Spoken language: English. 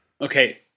Okay